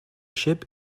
ship